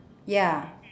ya